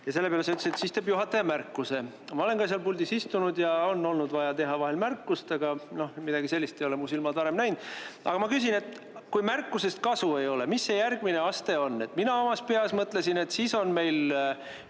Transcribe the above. Selle peale sa ütlesid, et siis teeb juhataja märkuse. Ma olen ka seal puldis istunud ja on olnud vaja teha vahel märkust, aga midagi sellist ei ole mu silmad varem näinud. Ma küsin, et kui märkusest kasu ei ole, mis see järgmine aste on. Mina omas peas mõtlesin, et siis on